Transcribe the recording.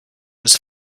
was